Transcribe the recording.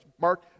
Mark